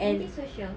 antisocial